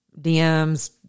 DMs